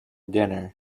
dinner